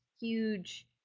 huge –